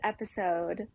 episode